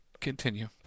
continue